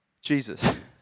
Jesus